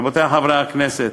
רבותי חברי הכנסת,